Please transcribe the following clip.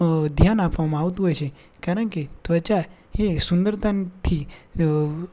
ધ્યાન આપવામાં આવતું હોય છે કારણકે ત્વચા એ સુંદરતાથી